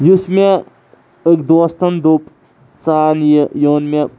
یُس مےٚ أکۍ دوستَن دوٚپ ژٕ اَن یہِ یہِ اوٚن مےٚ